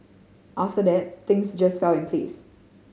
after that things just fell in place